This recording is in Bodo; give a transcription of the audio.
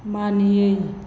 मानियै